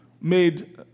made